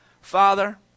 Father